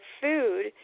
food